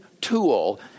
tool